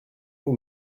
vous